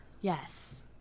Yes